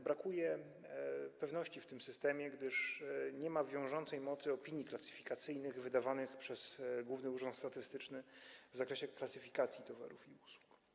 Brakuje też pewności w tym systemie, gdyż nie ma wiążącej mocy opinii klasyfikacyjnych wydawanych przez Główny Urząd Statystyczny w zakresie klasyfikacji towarów i usług.